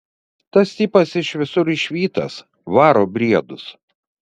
tas tipas iš visur išvytas varo briedus